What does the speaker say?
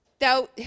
Now